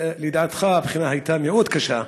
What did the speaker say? לידיעתך, הבחינה הייתה מאוד קשה.